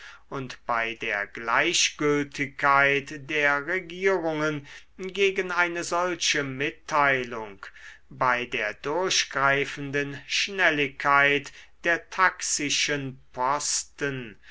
und bei der gleichgültigkeit der regierungen gegen eine solche mitteilung bei der durchgreifenden schnelligkeit der taxisschen posten